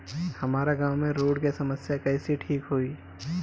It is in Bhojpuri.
हमारा गाँव मे रोड के समस्या कइसे ठीक होई?